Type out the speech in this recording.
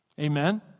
Amen